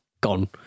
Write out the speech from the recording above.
Gone